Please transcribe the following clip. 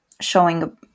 showing